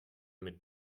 mit